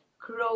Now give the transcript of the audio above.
grow